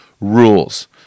rules